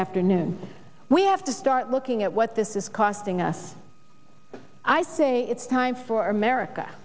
after noon we have to start looking at what this is costing us i say it's time for america